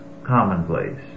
Commonplace